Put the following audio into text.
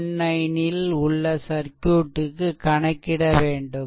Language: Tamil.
19 ல் உள்ள சர்க்யூட்க்கு கணக்கிட வேண்டும்